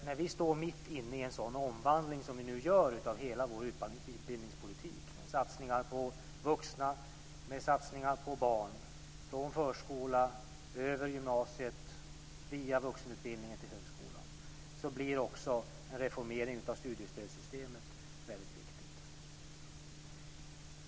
När vi står mitt inne i en sådan omvandling som vi nu gör av hela vår utbildningspolitik - med satsningar på vuxna och på barn, från förskola, över gymnasiet, via vuxenutbildningen till högskolan - blir naturligtvis också en reformering av studiestödssystemet väldigt viktig.